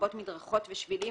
לרבות מדרכות ושבילים,